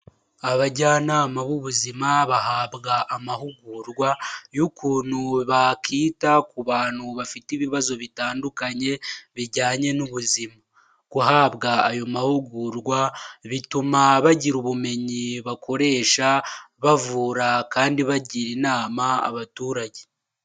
Abajyanama b'ubuzima bahabwa amahugurwa y'ukuntu bakita ku bantu bafite ibibazo bitandukanye bijyanye n'ubuzima, guhabwa ayo mahugurwa bituma bagira ubumenyi bakoresha bavura kandi bagira inama abaturage.